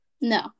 No